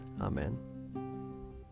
Amen